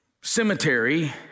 cemetery